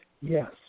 Yes